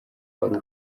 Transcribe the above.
wari